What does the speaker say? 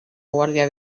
guardia